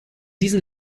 diesen